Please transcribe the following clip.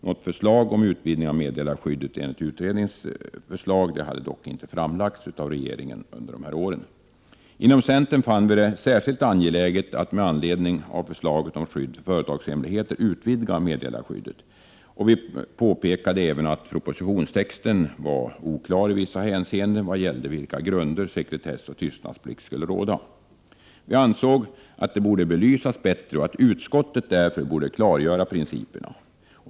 Något förslag om en utvidgning av meddelarskyddet i enlighet med utredningens förslag lades dock inte fram av regeringen under de här åren. Vi i centern fann det vara särskilt angeläget att med anledning av förslaget om skydd för företagshemligheter utvidga meddelarskyddet. Vi påpekade även att propositionstexten var oklar i vissa hänseenden. Det gällde ju att veta på vilka grunder sekretess och tystnadsplikt skulle råda. Vi ansåg att detta borde belysas bättre och att utskottet därför borde klargöra principerna.